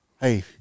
Hey